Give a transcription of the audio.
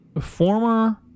former